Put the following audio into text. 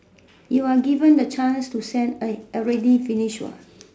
you are given the chance to send a already finish work ah